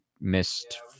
missed